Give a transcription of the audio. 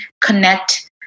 connect